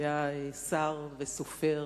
היה שר וסופר,